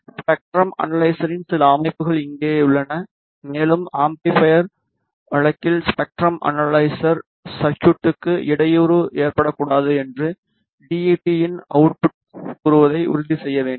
spectrum அனலைசரின் சில அமைப்புகள் இங்கே உள்ளன மேலும் அம்பிளிபைர் வழக்கில் ஸ்பெக்ட்ரம் அனலைசர் சர்குய்ட்க்கு இடையூறு ஏற்படக்கூடாது என்று டி யு டி இன் அவுட்புட் கூறுவதை உறுதி செய்ய வேண்டும்